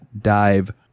dive